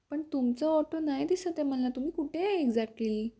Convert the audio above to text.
पण तुमचं ऑटो नाही दिसत आहे मला तुम्ही कुठे आहे एक्झॅक्टली